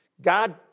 God